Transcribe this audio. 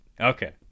Okay